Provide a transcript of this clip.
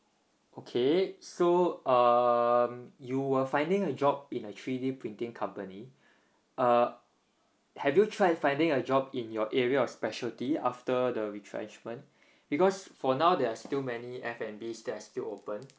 okay so um you were finding a job in a three D printing company uh have you tried finding a job in your area of specialty after the retrenchment because for now they're still many F and B that are still open